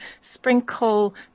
sprinkle